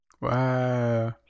Wow